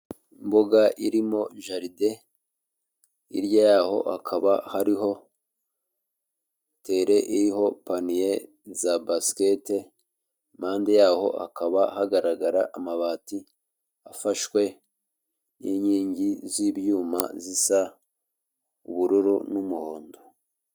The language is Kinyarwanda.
Imbuga irimo jaride, hirya yaho hakaba hariho tere iriho paniye za basikete, impande yaho hakaba hagaragara amabati afashwe n'inkingi z'ibyuma zisa ubururu n'umuhondo.